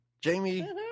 Jamie